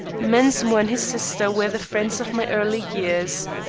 mensmore and his sister were the friends of my early years.